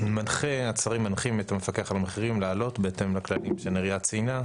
השרים מנחים את המפקח על המחירים להעלות בהתאם לכללים שנריה ציינה.